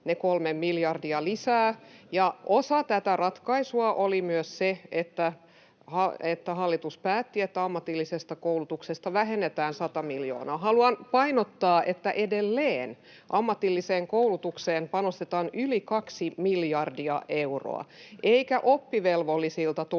ne kolme miljardia lisää. Osa tätä ratkaisua oli myös se, että hallitus päätti, että ammatillisesta koulutuksesta vähennetään sata miljoonaa. [Saara Hyrkön välihuuto] Haluan painottaa, että edelleen ammatilliseen koulutukseen panostetaan yli kaksi miljardia euroa eikä oppivelvollisilta tulla